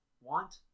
want